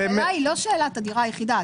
השאלה היא לא שאלת הדירה היחידה.